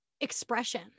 expression